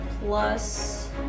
plus